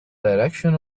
direction